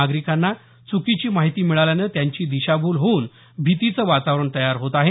नागरिकांना चुकीची माहिती मिळाल्यानं त्यांची दिशाभूल होऊन भीतीचं वातावरण तयार होत आहे